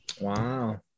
Wow